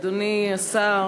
אדוני השר,